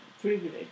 privilege